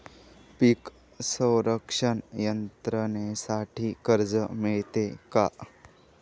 पीक संरक्षण यंत्रणेसाठी कर्ज मिळते का?